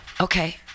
okay